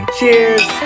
Cheers